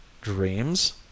Dreams